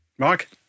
Mark